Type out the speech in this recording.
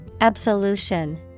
Absolution